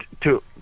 two